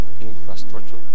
infrastructure